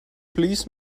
please